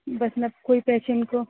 مطلب کوئی پیشنٹ کو